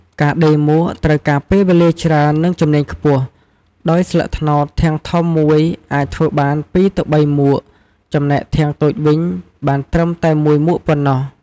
ការដេរមួកត្រូវការពេលវេលាច្រើន និងជំនាញខ្ពស់ ដោយស្លឹកត្នោតធាងធំមួយអាចធ្វើបានពី២ ទៅ ៣ មួក ចំណែកធាងតូចវិញបានត្រឹមតែ១ មួកប៉ុណ្ណោះ។